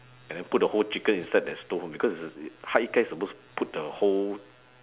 and then put the whole chicken inside that stove because hak-yi-kai is supposed to put the whole